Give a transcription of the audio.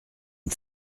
une